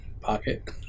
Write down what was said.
pocket